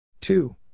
Two